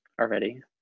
already